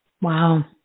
Wow